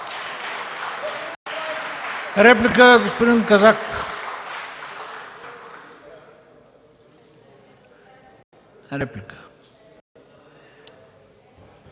Реплика